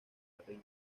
carreño